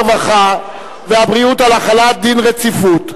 הרווחה והבריאות על החלת דין רציפות.